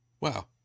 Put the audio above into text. Wow